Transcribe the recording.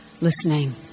listening